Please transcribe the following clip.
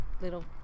little